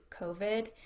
COVID